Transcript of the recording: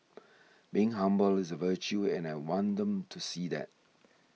being humble is a virtue and I want them to see that